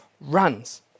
runs